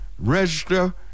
register